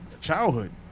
childhood